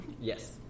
Yes